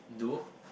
do